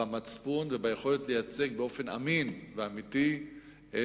במצפון וביכולת לייצג באופן אמין ואמיתי את